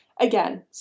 Again